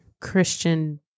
Christian